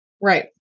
right